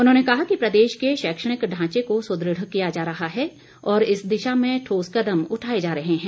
उन्होंने कहा कि प्रदेश के शैक्षणिक ढांचे को सुदृढ़ किया जा रहा है और इस दिशा में ठोस कदम उठाए जा रहे हैं